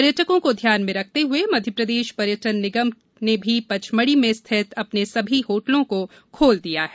पर्यटकों को ध्यान में रखते हुए मध्यप्रदेश पर्यटन निगम ने भी पचमढ़ी में स्थित अपने सभी होटलों को खोल दिया है